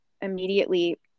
immediately